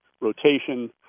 rotation